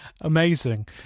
amazing